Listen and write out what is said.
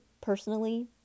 personally